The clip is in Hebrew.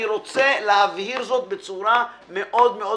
אני רוצה להבהיר את זה בצורה ברורה מאוד.